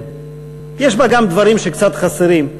יש בה גם דברים שקצת חסרים,